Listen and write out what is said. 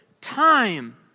time